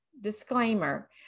disclaimer